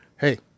Hey